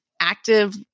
active